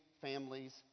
families